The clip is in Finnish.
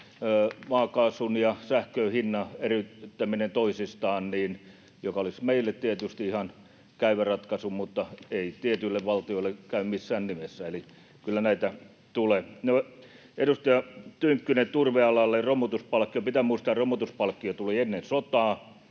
maakaasun ja sähkön hinnan eriyttäminen toisistaan olisi meille tietysti ihan käypä ratkaisu mutta ei tietyille valtioille käy missään nimessä, eli kyllä näitä tulee. Edustaja Tynkkynen, turvealalle romutuspalkkio: Pitää muistaa, että romutuspalkkio tuli ennen sotaa.